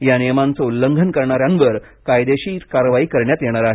या नियमांचं उल्लंघन करणाऱ्यावर कायदेशीर कारवाई करण्यात येणार आहे